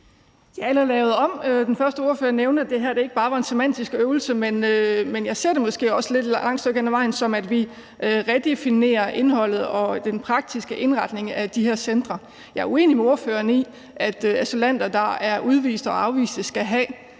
Ja, eller lavet om! Den første ordfører nævnte, at det her ikke bare var en semantisk øvelse. Men jeg ser det måske også langt hen ad vejen, som at vi redefinerer indholdet og den praktiske indretning af de her centre. Jeg er uenig med ordføreren i, at asylanter, der er udviste og afviste, skal have,